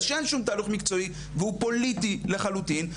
אז שאין שום תהליך מקצועי והוא פוליטי לחלוטין,